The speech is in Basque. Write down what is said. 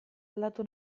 aldatu